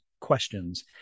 questions